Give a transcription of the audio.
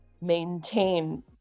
maintain